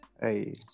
Hey